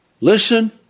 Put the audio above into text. Listen